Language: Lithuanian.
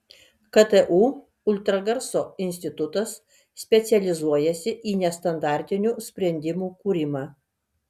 ktu ultragarso institutas specializuojasi į nestandartinių sprendimų kūrimą